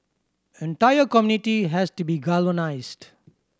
entire community has to be galvanised